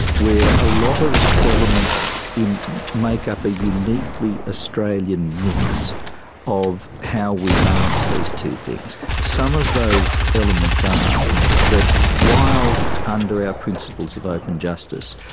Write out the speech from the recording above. where a lot of elements make up a uniquely australian mix of how we balance these two things. some of those elements are that while under our principles of open justice,